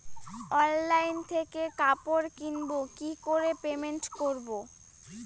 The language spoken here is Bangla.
অনলাইন থেকে কাপড় কিনবো কি করে পেমেন্ট করবো?